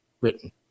written